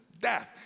death